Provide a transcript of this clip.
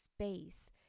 space